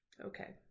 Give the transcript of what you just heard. Okay